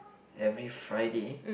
every Friday